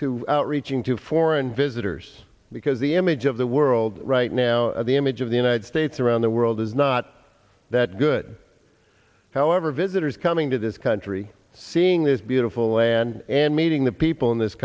to outreaching to foreign visitors because the image of the world right now the image of the united states around the world is not that good however visitors coming to this country seeing this beautiful land and meeting the people in this